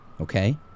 Okay